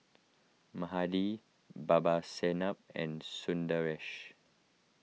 Mahade Babasaheb and Sundaresh